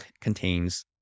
contains